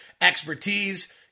expertise